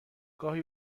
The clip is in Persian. گاهی